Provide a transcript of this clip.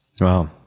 Wow